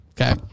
Okay